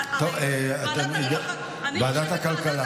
טוב, ועדת הכלכלה.